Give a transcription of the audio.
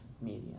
media